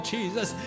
Jesus